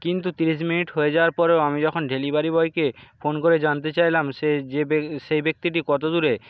কিন্তু তিরিশ মিনিট হয়ে যাওয়ার পরেও আমি যখন ডেলিভারি বয়কে ফোন করে জানতে চাইলাম সে যে বে সেই ব্যক্তিটি কত দূরে